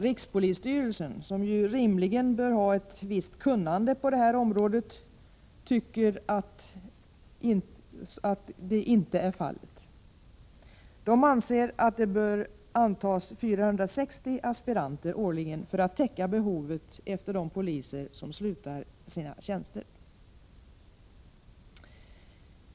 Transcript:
Rikspolisstyrelsen, som rimligen bör ha ett visst kunnande på detta område, tycker inte att så är fallet. Rikspolisstyrelsen anser att det bör antas 460 aspiranter årligen för att behovet skall täckas efter de poliser som slutar sina tjänster.